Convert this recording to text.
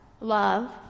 love